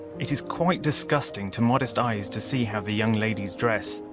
it is quite disgusting to modest eyes to see how the young ladies dress,